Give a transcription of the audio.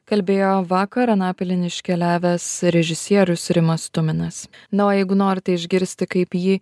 kalbėjo vakar anapilin iškeliavęs režisierius rimas tuminas na o jeigu norite išgirsti kaip jį